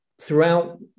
throughout